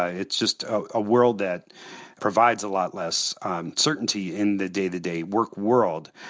ah it's just a world that provides a lot less certainty in the day-to-day work world.